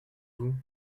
vous